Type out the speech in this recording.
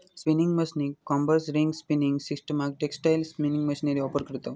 spinning मशीनीक combers, ring spinning सिस्टमाक textile spinning machinery offer करतव